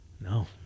No